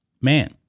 Man